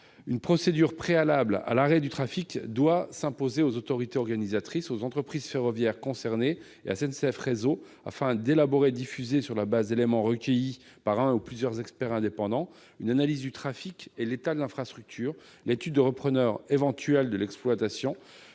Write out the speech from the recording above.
une procédure préalable à l'arrêt du trafic doit s'imposer aux autorités organisatrices, aux entreprises ferroviaires concernées et à SNCF Réseau, afin d'élaborer et de diffuser, sur la base d'éléments recueillis par un ou plusieurs experts indépendants, une analyse du trafic et de l'état de l'infrastructure, l'étude de repreneurs éventuels de l'exploitation,